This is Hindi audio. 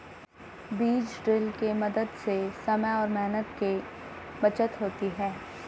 बीज ड्रिल के मदद से समय और मेहनत की बचत होती है